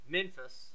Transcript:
Memphis